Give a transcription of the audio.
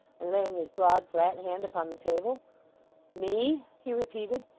and laying his broad flat hand upon the table me, he repeated,